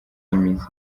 imizi